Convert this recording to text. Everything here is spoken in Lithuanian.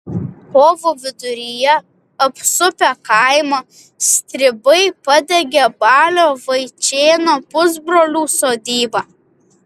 kovo viduryje apsupę kaimą stribai padegė balio vaičėno pusbrolių sodybą